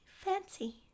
fancy